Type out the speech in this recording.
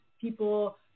people